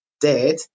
dead